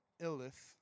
Ilith